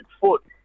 foot